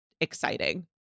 exciting